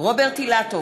רוברט אילטוב,